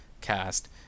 cast